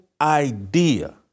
idea